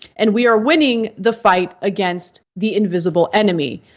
and we are winning the fight against the invisible enemy.